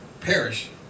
Perish